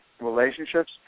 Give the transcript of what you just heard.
relationships